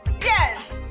yes